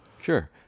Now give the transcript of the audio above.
Sure